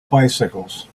bicycles